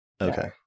Okay